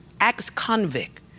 ex-convict